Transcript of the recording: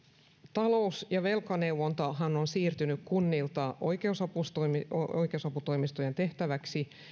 talous ja velkaneuvontahan on siirtynyt kunnilta oikeusaputoimistojen oikeusaputoimistojen tehtäväksi